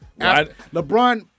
LeBron